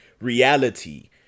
reality